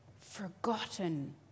forgotten